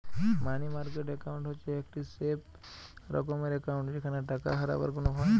মানি market account হচ্ছে একটি safe রকমের একাউন্ট যেখানে টাকা হারাবার কোনো ভয় নাই